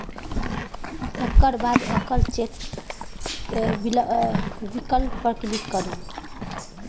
एकर बाद एकल चेक विकल्प पर क्लिक करू